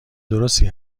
درستی